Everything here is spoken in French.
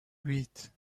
huit